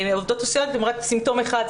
העובדות הסוציאליות הן רק סימפטום אחד.